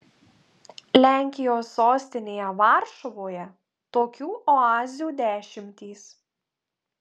lenkijos sostinėje varšuvoje tokių oazių dešimtys